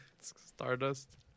Stardust